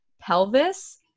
pelvis